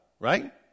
Right